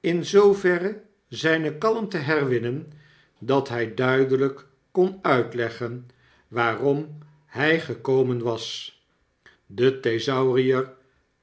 in zooverre zijne kalmte herwinnen dat hy duidelp kon uitleggen waarom hy gekomen was de thesaurier